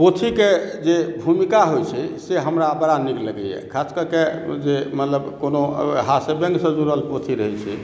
पोथीके जे भूमिका होइत छै से हमरा बड्ड नीक लगैए खास कऽ के जे मतलब कोनो हास्य व्यङ्गसँ जुड़ल पोथी रहैत छै